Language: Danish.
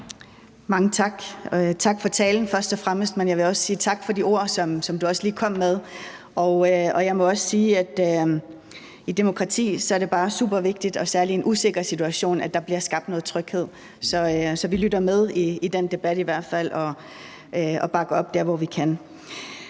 fremmest tak for talen, men jeg vil også sige tak for de ord, som du lige kom med. Jeg må sige, at i et demokrati er det bare super vigtigt, og særlig i en usikker situation, at der bliver skabt noget tryghed. Så vi lytter i hvert fald med i den debat og bakker op der, hvor vi kan.